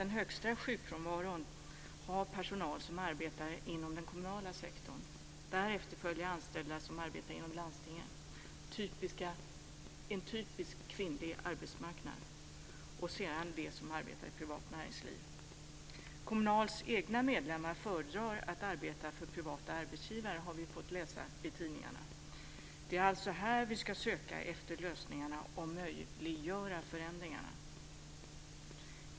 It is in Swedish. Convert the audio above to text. Den högsta sjukfrånvaron har personal som arbetar inom den kommunala sektorn. Därefter följer anställda som arbetar inom landstingen - en typiskt kvinnlig arbetsmarknad - och sedan de som arbetar i privat näringsliv. Kommunals egna medlemmar föredrar att arbeta för privata arbetsgivare har vi fått läsa i tidningarna. Det är alltså här vi ska söka efter lösningarna och möjliggöra förändringarna.